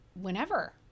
whenever